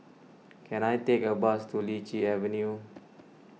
can I take a bus to Lichi Avenue